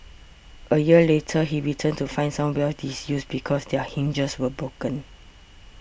a year later he returned to find some wells disused because their hinges were broken